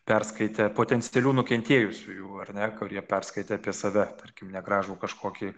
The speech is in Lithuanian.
perskaitę potencialių nukentėjusiųjų ar ne kurie perskaitė apie save tarkim negražų kažkokį